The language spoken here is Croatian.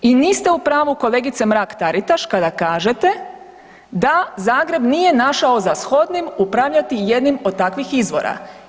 I niste u pravu kolegice Mrak-Taritaš kada kažete da Zagreb nije našao za shodnim upravljati jednim od takvih izvora.